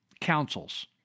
councils